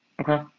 Okay